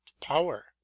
power